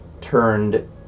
turned